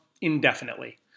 indefinitely